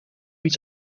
iets